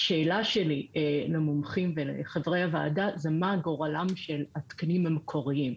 השאלה שלי למומחים ולחברי הוועדה זה מה גורלם של התקנים המקוריים,